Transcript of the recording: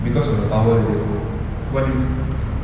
because of the power that they hold what do you th~